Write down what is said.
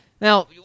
now